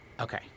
Okay